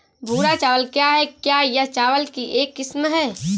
भूरा चावल क्या है? क्या यह चावल की एक किस्म है?